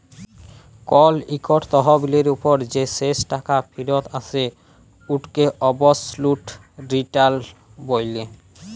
call ইকট তহবিলের উপর যে শেষ টাকা ফিরত আসে উটকে অবসলুট রিটার্ল ব্যলে